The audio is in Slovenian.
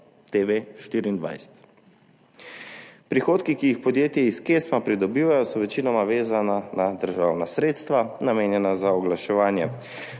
Nove24TV. Prihodki, ki jih podjetja iz KESMA pridobivajo, so večinoma vezani na državna sredstva, namenjena za oglaševanje.